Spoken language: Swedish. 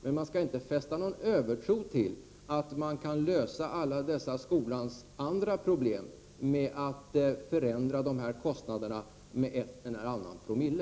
Men man skall inte hysa någon övertro på att man kan lösa alla skolans andra problem med att förändra kostnaderna med en eller annan promille.